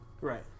Right